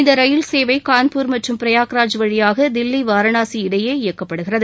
இந்த ரயில் சேவை கான்பூர் மற்றும் பிரயாக்ராஜ் வழியாக தில்லி வாரணாசி இடையே இயக்கப்படுகிறது